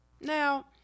Now